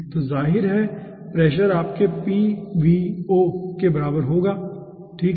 तो जाहिर है प्रेशर आपके Pvo के बराबर होगा ठीक है